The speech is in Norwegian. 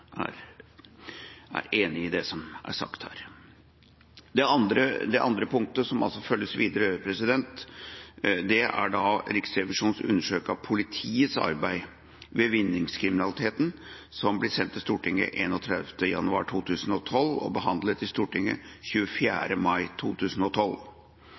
er enig i det som er sagt her. Det andre punktet som følges videre, er Riksrevisjonens undersøkelse av politiets arbeid med vinningskriminaliteten, som ble sendt til Stortinget 31. januar 2012 og behandlet i Stortinget